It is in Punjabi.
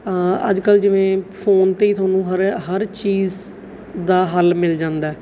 ਅੱਜ ਕੱਲ੍ਹ ਜਿਵੇਂ ਫੋਨ 'ਤੇ ਹੀ ਤੁਹਾਨੂੰ ਹਰ ਹਰ ਚੀਜ਼ ਦਾ ਹੱਲ ਮਿਲ ਜਾਂਦਾ